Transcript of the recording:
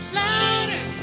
louder